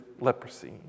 leprosy